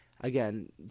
again